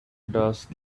dust